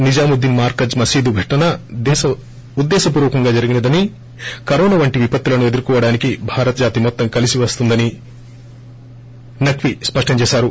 నిజాముద్దీన్ మార్కజ్ మసీదు ఘటన ఉద్దేశ పూర్వకంగా జరిగినదని కరోనా వంటి విపత్తులను ఎదుర్చోవడానికి భారత జాతి మొత్తం కలీసి నడుస్తుందని నక్కీ స్పష్టం చేశారు